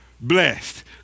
blessed